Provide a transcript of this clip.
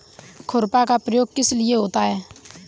खुरपा का प्रयोग किस लिए होता है?